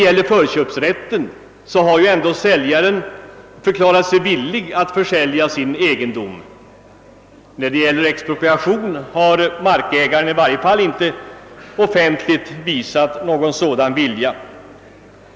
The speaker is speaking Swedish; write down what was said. Vid förköpsrätt gäller i alla fall att säljaren har förklarat sig villig att försälja sin egendom. Vid expropriation har markägaren i varje fall inte offentligt visat någon sådan vilja.